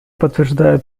подтверждаю